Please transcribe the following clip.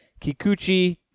Kikuchi